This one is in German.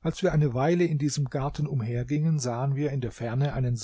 als wir eine weile in diesem garten umhergingen sahen wir in der ferne einen